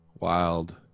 Wild